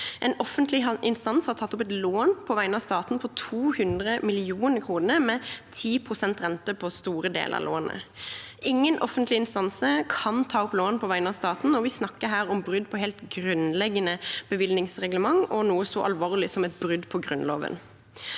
En offentlig instans har tatt opp et lån på vegne av staten på 200 mill. kr med 10 pst. rente på store deler av lånet. Ingen offentlige instanser kan ta opp lån på vegne av staten, og vi snakker her om brudd på helt grunnleggende bevilgningsreglement og noe så alvorlig som et brudd på Grunnloven.